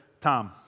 Tom